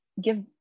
give